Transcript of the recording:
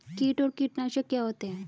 कीट और कीटनाशक क्या होते हैं?